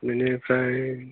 बिनिफ्राय